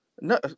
no